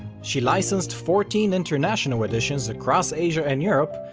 she licensed fourteen international editions across asia and europe,